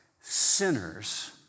sinners